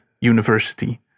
university